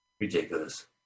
Ridiculous